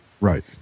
Right